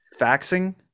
faxing